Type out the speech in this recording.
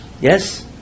Yes